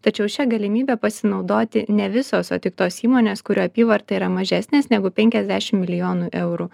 tačiau šia galimybe pasinaudoti ne visos o tik tos įmonės kurių apyvarta yra mažesnės negu penkiasdešim milijonų eurų